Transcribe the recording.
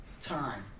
Time